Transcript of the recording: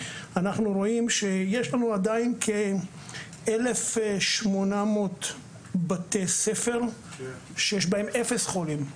אנחנו רואים שיש לנו עדיין כ-1,800 בתי ספר שיש בהם אפס חולים.